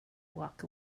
walk